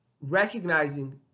recognizing